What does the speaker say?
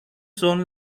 son